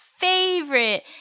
Favorite